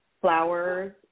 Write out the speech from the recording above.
flowers